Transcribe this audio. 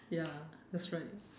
ya that's right